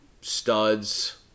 studs